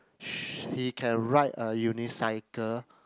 sh~ he can ride a unicycle